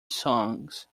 songs